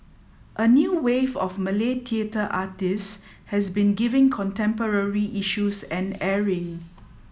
a new wave of Malay theatre artists has been giving contemporary issues an airing